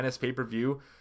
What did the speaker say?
pay-per-view